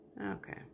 Okay